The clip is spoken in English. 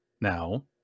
now